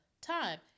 time